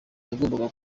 nagombaga